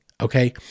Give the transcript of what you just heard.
Okay